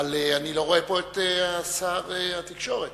את שר התקשורת.